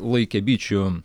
laikė bičių